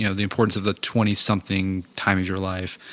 you know the importance of the twenty something time is your life,